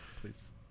Please